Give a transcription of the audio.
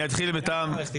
ליידיז פירסט,